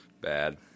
Bad